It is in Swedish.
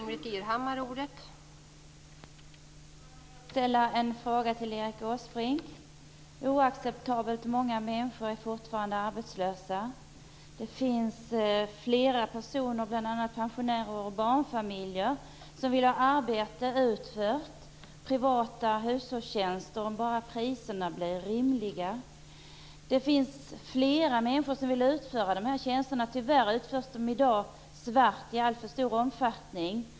Fru talman! Jag vill ställa en fråga till Erik Åsbrink. Oacceptabelt många människor är fortfarande arbetslösa. Det finns åtskilliga, bl.a. pensionärer och barnfamiljer, som vill få privata hushållstjänster utförda, om bara priserna blir rimliga. Det finns flera människor som vill utföra de här tjänsterna. Tyvärr utförs dessa i dag i alltför stor omfattning svart.